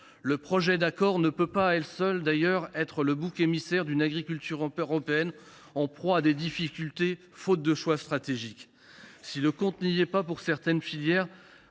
Le projet d’accord ne peut pas être le bouc émissaire d’une agriculture européenne en proie à des difficultés, faute de choix stratégiques. Si le compte n’y est pas pour certaines filières,